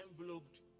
enveloped